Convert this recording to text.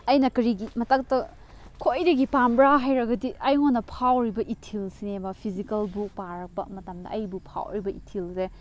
ꯑꯩꯅ ꯀꯔꯤꯒꯤ ꯃꯇꯥꯡꯗ ꯈ꯭ꯋꯥꯏꯗꯒꯤ ꯄꯥꯝꯕ꯭ꯔꯥ ꯍꯥꯏꯔꯒꯗꯤ ꯑꯩꯉꯣꯟꯗ ꯐꯥꯎꯔꯤꯕ ꯏꯊꯤꯜꯁꯤꯅꯦꯕ ꯐꯤꯖꯤꯀꯦꯜ ꯕꯨꯛ ꯄꯥꯔꯕ ꯃꯇꯝꯗ ꯑꯩꯕꯨ ꯐꯥꯎꯔꯤꯕ ꯏꯊꯤꯜꯁꯦ